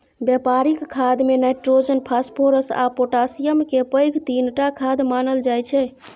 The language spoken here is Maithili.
बेपारिक खादमे नाइट्रोजन, फास्फोरस आ पोटाशियमकेँ पैघ तीनटा खाद मानल जाइ छै